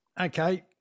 okay